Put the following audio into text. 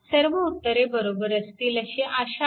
सर्व उत्तरे बरोबर असतील अशी आशा आहे